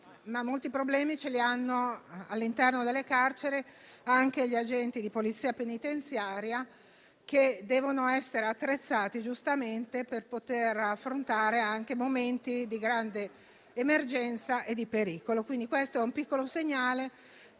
molti problemi li hanno anche gli agenti di polizia penitenziaria, che devono essere attrezzati giustamente per poter affrontare momenti di grande emergenza e di pericolo. Questo è un piccolo segnale,